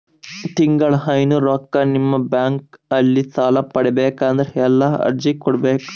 ತಿಂಗಳ ಐನೂರು ರೊಕ್ಕ ನಿಮ್ಮ ಬ್ಯಾಂಕ್ ಅಲ್ಲಿ ಸಾಲ ಪಡಿಬೇಕಂದರ ಎಲ್ಲ ಅರ್ಜಿ ಕೊಡಬೇಕು?